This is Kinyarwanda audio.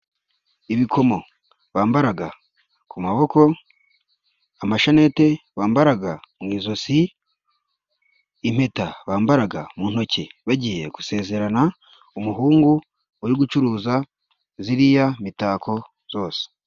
Ibikomo bambaraga ku maboko, amashenete bambaraga mu izosi, impeta bambaraga mu ntoki bagiye gusezerana, umuhungu uri gucuruza ziriya mitako zose.